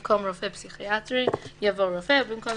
במקום "רופא פסיכיאטרי" יבוא "רופא" ובמקום